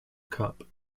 cup